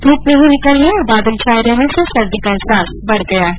धूप नहीं निकलने और बादल छाये रहने से सर्दी का अहसास बढ़ गया है